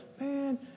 Man